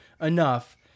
enough